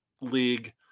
league